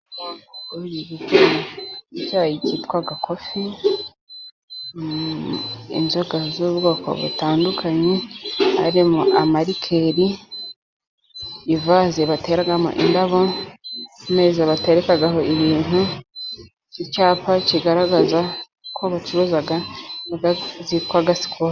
Icyayi cyitwa kofi, inzoga z'ubwoko butandukanye harimo amarikeri, ivaze bateramo indabo, ameza batarekaho ibintu, icyapa kigaragaza ko bacuruza inzoga zitwa sikolo.